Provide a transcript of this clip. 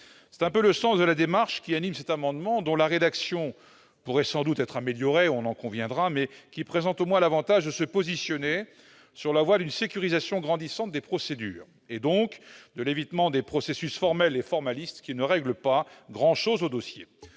est un peu notre démarche dans cet amendement, dont la rédaction pourrait sans doute être améliorée- on en conviendra -, mais qui présente au moins l'avantage de se positionner sur la voie d'une sécurisation grandissante des procédures, et donc de l'évitement des processus formels et formalistes qui ne règlent pas grand-chose aux dossiers.